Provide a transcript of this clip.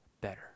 better